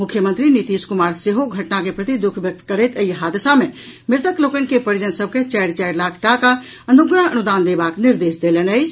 मुख्यमंत्री नीतीश कुमार सेहो घटना के प्रति दुःख व्यक्त करैत एहि हादसा मे मृतक लोकनि के परिजन सभ के चारि चारि लाख टाका अनुग्रह अनुदान देबाक निर्देश देलनि अछि